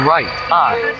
Right-Eye